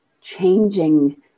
changing